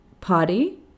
party